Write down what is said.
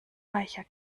weicher